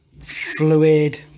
fluid